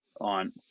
on